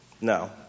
No